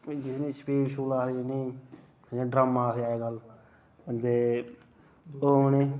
जि'नें गी छबील छबूल आखदे जि'नें गी या ड्रम आखदे अजकल उं'दे ओह् उ'नें गी